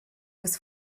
was